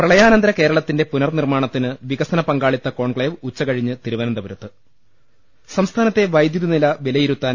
പ്രളയാനന്തര കേരളത്തിന്റെ പുനർനിർമ്മാണത്തിന് വിക സന പങ്കാളിത്ത കോൺക്ലേവ് ഉച്ചകഴിഞ്ഞ് തിരുവനന്ത പുരത്ത് സംസ്ഥാനത്തെ വൈദ്യുതിനില വിലയിരുത്താൻ